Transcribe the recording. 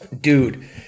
Dude